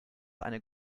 eine